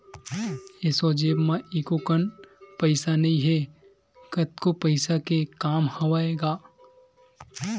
एसो जेब म एको कन पइसा नइ हे, कतको पइसा के काम हवय गा